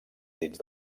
dins